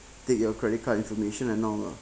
take your credit card information and all lah